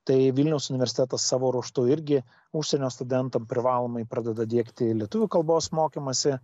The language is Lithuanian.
tai vilniaus universitetas savo ruožtu irgi užsienio studentam privalomai pradeda diegti lietuvių kalbos mokymąsi